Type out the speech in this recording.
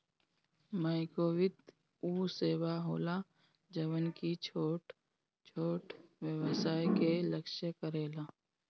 माइक्रोवित्त उ सेवा होला जवन की छोट छोट व्यवसाय के लक्ष्य करेला